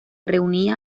reunía